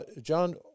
John